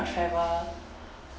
travel